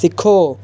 सिक्खो